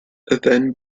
then